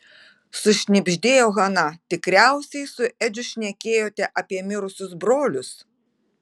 sušnibždėjo hana tikriausiai su edžiu šnekėjote apie mirusius brolius